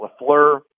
Lafleur